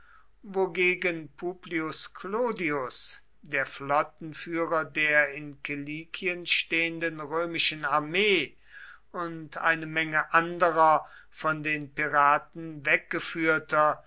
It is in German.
wogegen publius clodius der flottenführer der in kilikien stehenden römischen armee und eine menge anderer von den piraten weggeführter